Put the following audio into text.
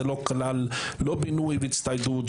זה לא כלל: לא בינוי והצטיידות,